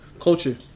culture